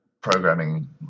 programming